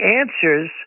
answers